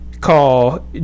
call